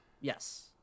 Yes